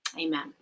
Amen